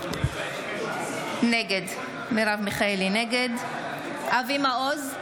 נגד אבי מעוז,